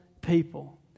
people